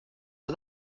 but